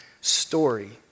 story